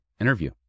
interview